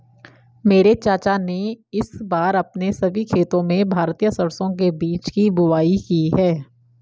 मेरे चाचा ने इस बार अपने सभी खेतों में भारतीय सरसों के बीज की बुवाई की है